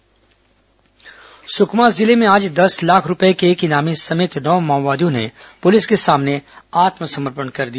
माओवादी समर्पण हत्या सुकमा जिले में आज दस लाख रूपये के एक इनामी समेत नौ माओवादियों ने पुलिस के सामने आत्मसमर्पण कर दिया